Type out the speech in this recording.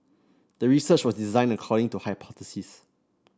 the research was designed according to hypothesis